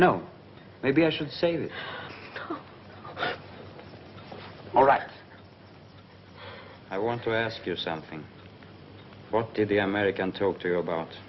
know maybe i should say this all right i want to ask you something what did the american talk to you about